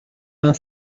vingt